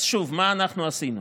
אז שוב, מה אנחנו עשינו?